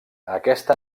aquesta